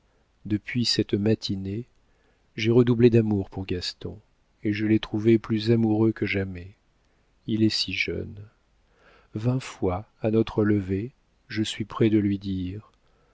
depuis cette matinée j'ai redoublé d'amour pour gaston et je l'ai trouvé plus amoureux que jamais il est si jeune vingt fois à notre lever je suis près de lui dire